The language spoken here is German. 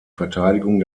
verteidigung